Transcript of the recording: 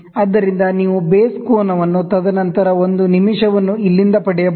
ಆದ್ದರಿಂದ ನೀವು ಬೇಸ್ ಕೋನವನ್ನು ತದನಂತರ ಒಂದು ನಿಮಿಷವನ್ನು ಇಲ್ಲಿಂದ ಪಡೆಯಬಹುದು